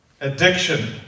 addiction